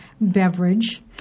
beverage